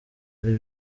ari